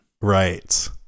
Right